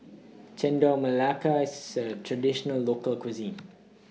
Chendol Melaka IS A Traditional Local Cuisine